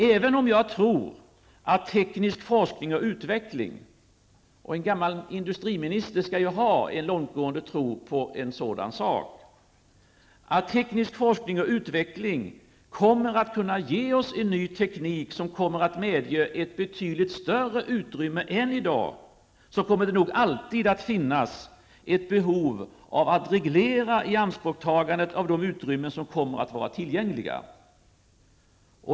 Även om jag tror att teknisk forskning och utveckling -- en gammal industriminister skall ju ha en långtgående tro på detta -- kommer att kunna ge oss en ny teknik, som medger ett betydligt större utrymme än i dag, kommer det nog alltid att finnas ett behov av att reglera ianspråktagandet av de utrymmen som kommer att vara tillgängliga.